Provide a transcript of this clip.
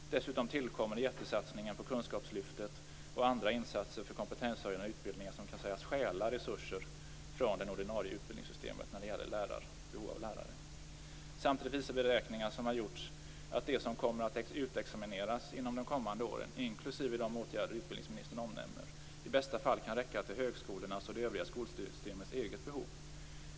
Dessutom tillkommer jättesatsningen på kunskapslyftet och andra insatser för kompetenshöjande utbildningar som kan sägas stjäla resurser från det ordinarie utbildningssystemet när det gäller behovet av lärare. Samtidigt visar beräkningar som har gjorts att de som kommer att utexamineras inom de kommande åren, inklusive de åtgärder utbildningsministern omnämner, i bästa fall kan räcka till högskolornas och det övriga skolsystemets eget behov.